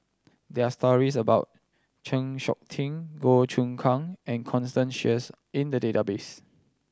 there are stories about Chng Seok Tin Goh Choon Kang and Constance Sheares in the database